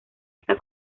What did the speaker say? esta